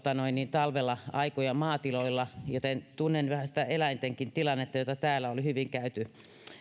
talvella aikoja maatiloilla joten tunnen vähän sitä eläintenkin tilannetta jota täällä oli hyvin käyty